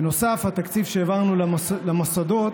בנוסף, התקציב שהעברנו למוסדות,